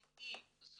אם היא זונה,